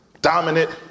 dominant